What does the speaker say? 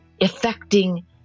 affecting